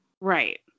Right